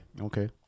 okay